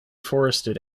forested